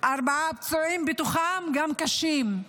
ארבעה פצועים, בתוכם גם קשים.